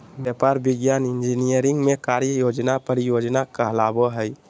व्यापार, विज्ञान, इंजीनियरिंग में कार्य योजना परियोजना कहलाबो हइ